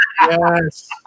Yes